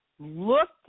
Look